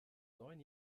neun